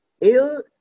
ill